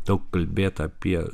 daug kalbėt apie